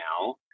now